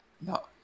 No